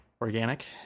organic